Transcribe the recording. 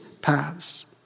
paths